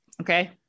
Okay